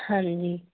ਹਾਂਜੀ